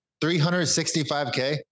365k